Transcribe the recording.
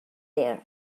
there